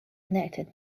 connected